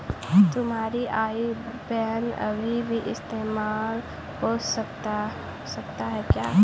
तुम्हारा IBAN अभी भी इस्तेमाल हो सकता है क्या?